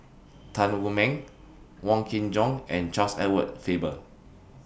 Tan Wu Meng Wong Kin Jong and Charles Edward Faber